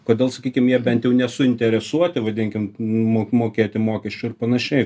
kodėl sakykim jie bent jau nesuinteresuoti vadinkim m mokėti mokesčių ir panašiai